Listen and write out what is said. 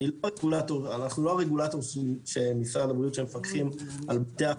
אנחנו לא הרגולטור של משרד הבריאות שמפקחים על בתי החולים,